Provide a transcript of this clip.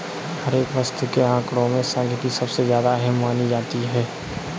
हर एक वस्तु के आंकडों में सांख्यिकी सबसे ज्यादा अहम मानी जाती है